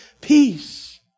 peace